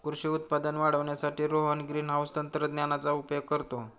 कृषी उत्पादन वाढवण्यासाठी रोहन ग्रीनहाउस तंत्रज्ञानाचा उपयोग करतो